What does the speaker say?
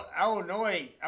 Illinois